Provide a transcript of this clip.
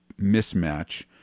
Mismatch